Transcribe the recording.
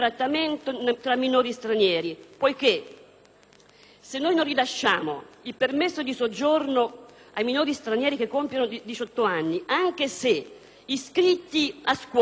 se non si rilascia il permesso di soggiorno ai minori stranieri che compiono diciotto anni, anche se iscritti a scuola o con un contratto di lavoro regolare,